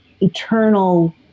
eternal